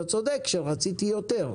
אתה צודק שרציתי יותר,